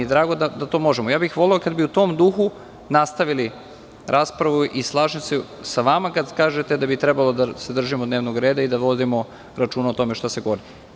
Voleo bih kada bi u tom duhu nastavili raspravu i slažem se sa vama kada kažete da bi trebalo da se držimo dnevnog reda i da vodimo računa o tome šta se govori.